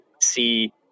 see